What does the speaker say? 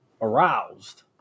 aroused